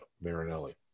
Marinelli